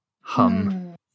hum